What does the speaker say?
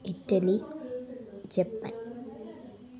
Italy Japan